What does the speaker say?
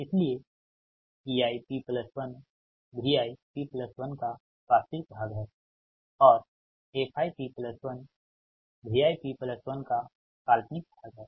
इसलिए ei p1 Vi p1 का वास्तविक भाग है और fi p1 Vi p1 का काल्पनिक भाग है